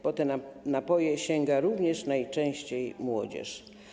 Po te napoje sięga również najczęściej młodzież.